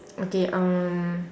okay um